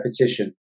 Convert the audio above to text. repetition